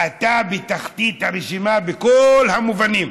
אתה בתחתית הרשימה בכל המובנים.